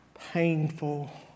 painful